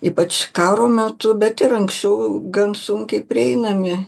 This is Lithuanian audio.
ypač karo metu bet ir anksčiau gan sunkiai prieinami